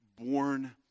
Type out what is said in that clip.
born